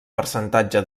percentatge